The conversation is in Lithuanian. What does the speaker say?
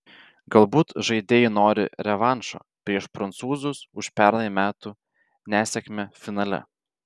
galbūt žaidėjai nori revanšo prieš prancūzus už pernai metų nesėkmę finale